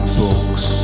books